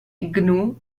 gnu